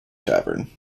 tavern